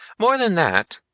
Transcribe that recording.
more than that,